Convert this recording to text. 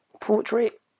portrait